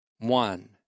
One